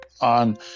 on